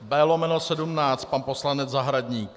B/17 pan poslanec Zahradník.